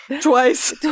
Twice